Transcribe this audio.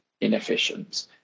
inefficient